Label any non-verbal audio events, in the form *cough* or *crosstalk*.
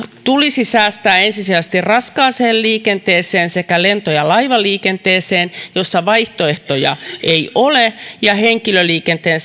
tulisi säästää ensisijaisesti raskaaseen liikenteeseen sekä lento ja laivaliikenteeseen joissa vaihtoehtoja ei ole ja henkilöliikenteen *unintelligible*